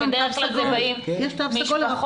בדרך כלל באות משפחות,